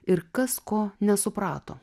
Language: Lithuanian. ir kas ko nesuprato